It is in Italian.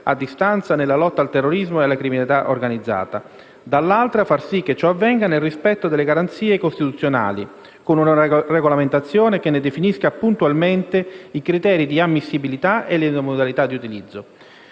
a distanza nella lotta al terrorismo e alla criminalità organizzata; dall'altra, far sì che ciò avvenga nel rispetto delle garanzie costituzionali, con una regolamentazione che ne definisca puntualmente i criteri di ammissibilità e le modalità di utilizzo.